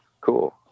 Cool